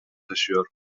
taşıyor